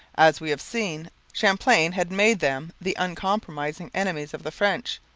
as we have seen, champlain had made them the uncompromising enemies of the french,